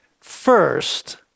First